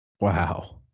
wow